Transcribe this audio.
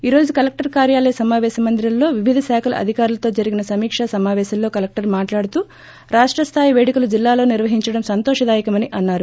ఈ రోజు కలెక్టర్ కార్యాలయ సమాపేశ మందిరంలో వివిధ శాఖల అధికారులతో జరిగిన సమీకా సమాపేశంలో కలెక్టర్ మాట్లాడుతూ రాష్ట స్దాయి పేడుకలు జిల్లాలో నిర్వహించడం సంతోషదాయకమని అన్నారు